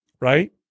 right